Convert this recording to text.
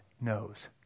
knows